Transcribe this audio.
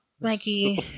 Mikey